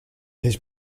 his